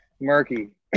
murky